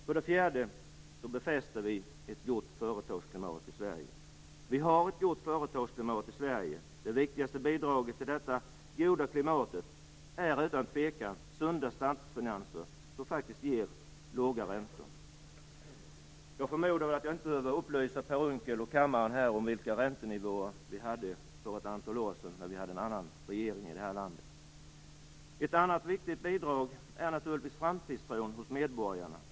För det fjärde: Vi befäster ett gott företagsklimat i Vi har ett gott företagsklimat i Sverige. Det viktigaste bidraget till detta är utan tvekan sunda statsfinanser som ger låga räntor. Jag förmodar att jag inte behöver upplysa Per Unckel och kammaren om vilka räntenivåer vi hade för ett antal år sedan, när vi hade en annan regering här i landet. Ett annat viktigt bidrag är naturligtvis framtidstron hos medborgarna.